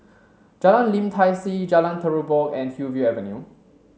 Jalan Lim Tai See Jalan Terubok and Hillview Avenue